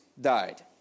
died